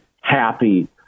happy